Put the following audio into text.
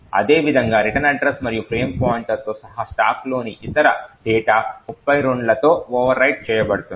అదేవిధంగా return address మరియు frame పాయింటర్తో సహా స్టాక్లోని ఇతర డేటా 32 లతో ఓవర్ రైట్ చేయబడుతుంది